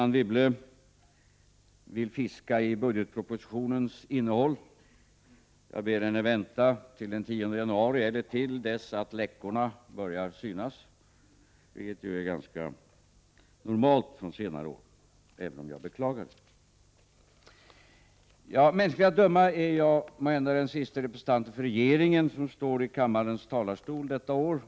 Anne Wibble vill fiska litet i budgetpropositionens innehåll. Jag ber henne vänta till den 10 januari eller tills läckorna börjar synas — vi vet juattsådana varit ganska normala under senare år, även om det är beklagligt. Mänskligt att döma är jag måhända den sista representant för regeringen 16 december 1988 som står i kammarens talarstol detta år.